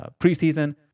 preseason